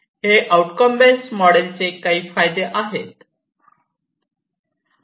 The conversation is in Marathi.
हे आउटकम बेस्ट मॉडेल चे काही फायदे आहे